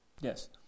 Yes